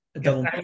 double